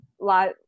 lot